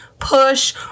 push